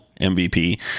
MVP